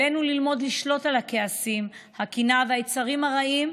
עלינו ללמוד לשלוט בכעסים, הקנאה והיצרים הרעים.